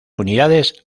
unidades